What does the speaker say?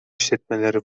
işletmeleri